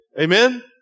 Amen